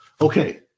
Okay